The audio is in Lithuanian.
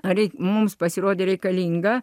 ar mums pasirodė reikalinga